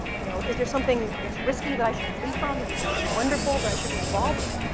you know is there something that's risky that i should flee from? is there something wonderful that i should be involved in?